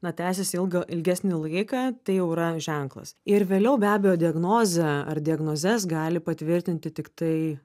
na tęsiasi ilgą ilgesnį laiką tai jau yra ženklas ir vėliau be abejo diagnozę ar diagnozes gali patvirtinti tiktai